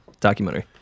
documentary